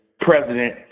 president